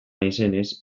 naizenez